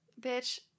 Bitch